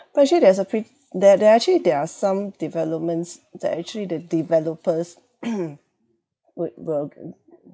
but actually there's a pret~ there there are actually there are some developments that actually the developers would will